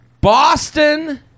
Boston